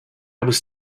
was